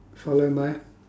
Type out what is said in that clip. follow my